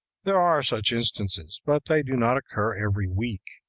there are such instances but they do not occur every week!